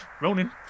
Ronan